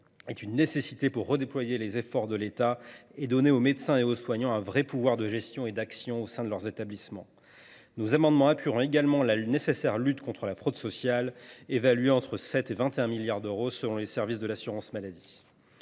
est une nécessité pour redéployer les efforts de l’État et donner aux médecins et aux soignants un vrai pouvoir de gestion et d’action au sein de leurs établissements. Nos amendements appuieront également la nécessaire lutte contre la fraude sociale, évaluée entre 7 milliards et 21 milliards d’euros selon les services de l’assurance maladie.